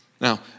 Now